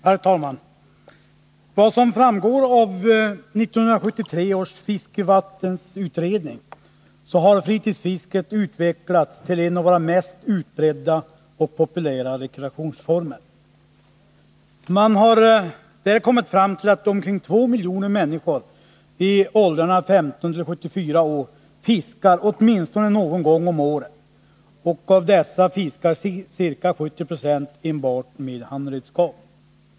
Herr talman! Enligt vad som framgår av 1973 års fiskevattensutredning har fritidsfisket utvecklats till en av våra mest utbredda och populära rekreationsformer. Man har kommit fram till att omkring två miljoner människor i åldrarna 15 — 74 år fiskar åtminstone någon gång om året; av dessa fiskar ca 70 20 enbart med handredskap.